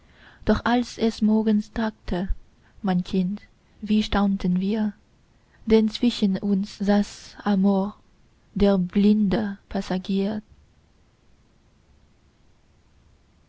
doch als es morgens tagte mein kind wie staunten wir denn zwischen uns saß amor der blinde